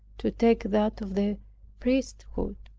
to take that of the priesthood.